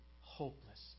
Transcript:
hopeless